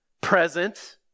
present